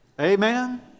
Amen